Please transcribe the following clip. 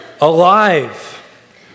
alive